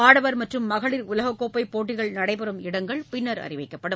ஆடவர் மற்றும் மகளிர் உலக கோப்பை போட்டிகள் நடைபெறும் இடங்கள் பின்னர் அறிவிக்கப்படும்